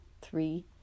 three